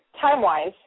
time-wise